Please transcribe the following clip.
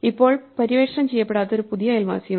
ഇപ്പോൾ പര്യവേക്ഷണം ചെയ്യപ്പെടാത്ത ഒരു പുതിയ അയൽവാസിയുണ്ട്